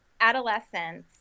adolescence